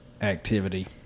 activity